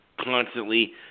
constantly